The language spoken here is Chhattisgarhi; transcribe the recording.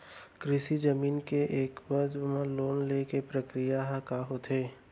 कृषि जमीन के एवज म लोन ले के प्रक्रिया ह का होथे?